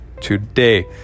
today